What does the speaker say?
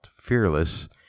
fearless